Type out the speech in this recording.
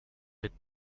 with